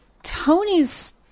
Tony's